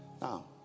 Now